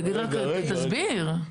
תסביר.